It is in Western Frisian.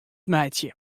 meitsje